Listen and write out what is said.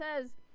says